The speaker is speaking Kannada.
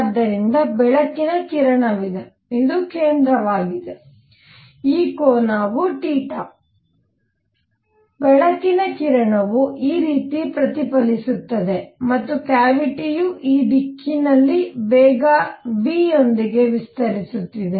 ಆದ್ದರಿಂದ ಬೆಳಕಿನ ಕಿರಣವಿದೆ ಇದು ಕೇಂದ್ರವಾಗಿದೆ ಈ ಕೋನವು ಥೀಟಾ ಬೆಳಕಿನ ಕಿರಣವು ಈ ರೀತಿ ಪ್ರತಿಫಲಿಸುತ್ತದೆ ಮತ್ತು ಕ್ಯಾವಿಟಿಯೂ ಈ ದಿಕ್ಕಿನಲ್ಲಿ ವೇಗ v ಯೊಂದಿಗೆ ವಿಸ್ತರಿಸುತ್ತಿದೆ